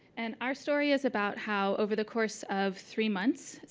and our story is about how over the course of three months,